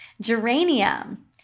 Geranium